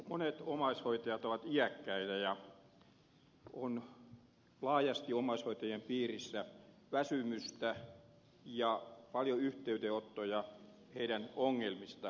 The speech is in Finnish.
monet omaishoitajat ovat iäkkäitä omaishoitajien piirissä on laajasti väsymystä ja paljon yhteydenottoja tulee heidän ongelmistaan